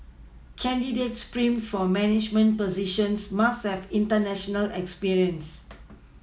candidates primed for management positions must have international experience